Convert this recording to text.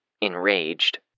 Enraged